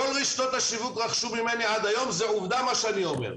כל רשתות השיווק רכשו ממני עד היום וזאת עובדה מה שאני אומר.